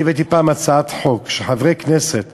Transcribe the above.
אני הבאתי פעם הצעת חוק שחברי כנסת